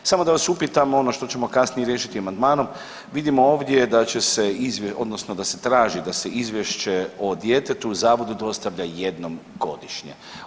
Samo da vas upitam ono što ćemo kasnije riješiti amandmanom, vidimo ovdje da će se odnosno da se traži da se izvješće o djetetu zavodu dostavlja jednom godišnje.